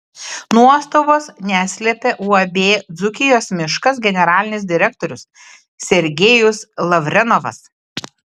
nuostabos neslėpė uab dzūkijos miškas generalinis direktorius sergejus lavrenovas